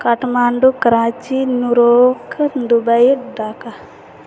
Kathmandu Karachi new York Dubai Dhaka